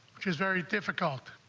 which is very difficult